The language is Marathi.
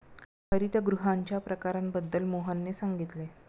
हरितगृहांच्या प्रकारांबद्दल मोहनने सांगितले